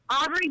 Audrey